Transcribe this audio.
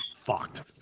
fucked